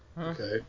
Okay